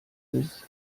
ist